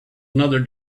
another